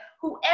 whoever